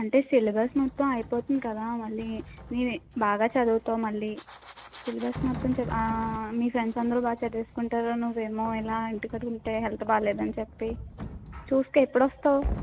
అంటే సిలబస్ మొత్తం అయిపోతుంది కదా మళ్ళీ నే బాగా చదువుతావు మళ్ళీ సిలబస్ మొత్తం చె ఆ మీ ఫ్రెండ్స్ అందరూ బాగా చదివేస్కుంటారు నువ్వేమో ఇలా ఇంటి కాడ ఉంటే హెల్త్ బాగా లేదని చెప్పి చూస్కో ఎప్పుడొస్తావు